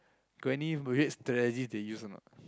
got any strategies they use or not